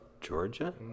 Georgia